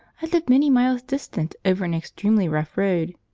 i live many miles distant, over an extremely rough road.